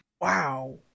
Wow